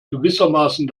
gewissermaßen